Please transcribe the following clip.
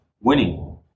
winning